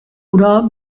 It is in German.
oder